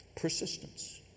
Persistence